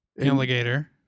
Alligator